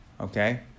Okay